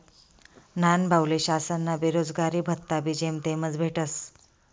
न्हानभाऊले शासनना बेरोजगारी भत्ताबी जेमतेमच भेटस